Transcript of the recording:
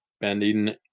bending